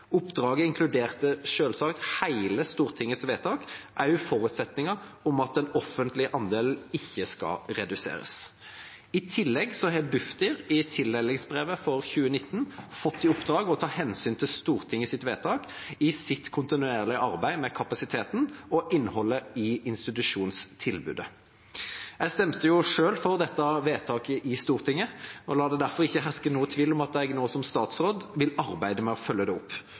Oppdraget inkluderte selvsagt hele stortingsvedtaket, også forutsetningen om at den offentlige andelen ikke skal reduseres. I tillegg har Bufdir i tildelingsbrevet for 2019 fått i oppdrag å ta hensyn til Stortingets vedtak i sitt kontinuerlige arbeid med kapasiteten og innholdet i institusjonstilbudet. Jeg stemte jo selv for dette vedtaket i Stortinget. La det derfor ikke herske noe tvil om at jeg nå som statsråd vil arbeide med å følge det opp.